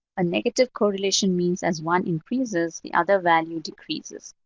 a negative correlation means as one increases, the other value decreases.